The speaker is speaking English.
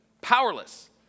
Powerless